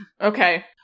Okay